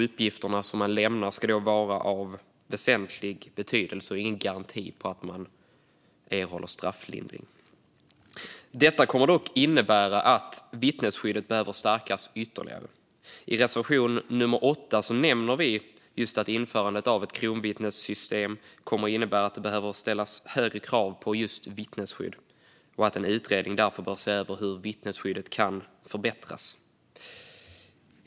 Uppgifterna man lämnar ska vara av väsentlig betydelse och är ingen garanti för att man erhåller strafflindring. Detta kommer dock att innebära att vittnesskyddet behöver stärkas ytterligare. I reservation nummer 8 nämner vi just att införandet av ett kronvittnessystem kommer att innebära att det behöver ställas högre krav på vittnesskydd och att en utredning därför bör se över hur vittnesskyddet kan förbättras.